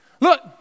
Look